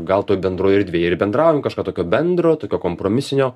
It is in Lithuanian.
gal toj bendroj erdvėj ir bendraujam kažką tokio bendro tokio kompromisinio